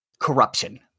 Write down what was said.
corruption